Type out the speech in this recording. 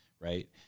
right